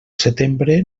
setembre